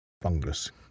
fungus